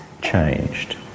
changed